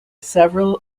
several